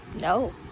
no